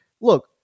look